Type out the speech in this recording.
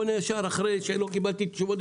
אבל רק ברגע שפתחנו את האפשרות,